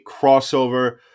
crossover